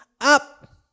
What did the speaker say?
up